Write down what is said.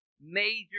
major